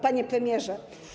Panie Premierze!